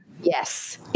Yes